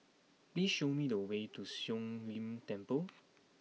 please show me the way to Siong Lim Temple